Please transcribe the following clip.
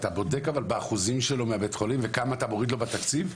אתה בודק באחוזים שלו מבית החולים וכמה אתה מוריד לו בתקציב?